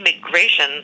immigration